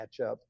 matchup